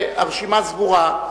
הרשימה סגורה.